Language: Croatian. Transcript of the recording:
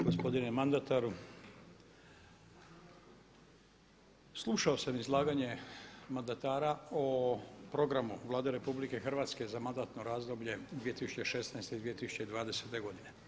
Gospodine mandataru slušao sam izlaganje mandatara o programu Vlade RH za mandatno razdoblje 2016.-2020. godine.